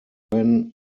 when